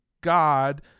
God